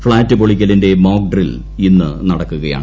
flat പൊളിക്ക്ലിന്റെ mock drill ഇന്ന് നടക്കുകയാണ്